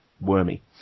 Wormy